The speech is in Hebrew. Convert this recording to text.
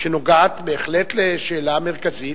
שנוגעת בהחלט לשאלה מרכזית,